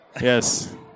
Yes